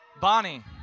Bonnie